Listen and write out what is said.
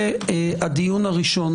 זה הדיון הראשון